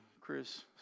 Chris